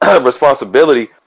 responsibility